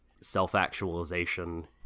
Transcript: self-actualization